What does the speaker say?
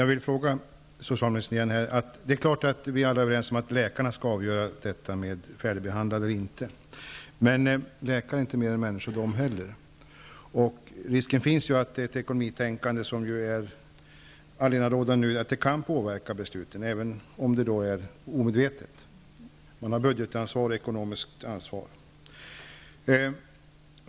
Herr talman! Det är klart att läkarna skall avgöra om någon är färdigbehandlad eller inte. Men läkare är inte mer än människor de heller, och risken finns att ett ekonomitänkande, som ju nu är allenarådande, kan påverka besluten, även om det är omedvetet. Man har budgetansvar och ekonomiskt ansvar.